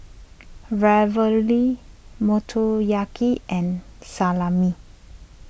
Ravioli Motoyaki and Salami